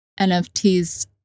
NFTs